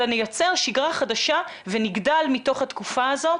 אלא נייצר שגרה חדשה ונגדל מתוך התקופה הזאת.